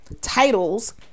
Titles